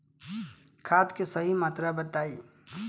खाद के सही मात्रा बताई?